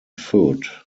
foot